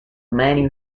many